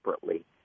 separately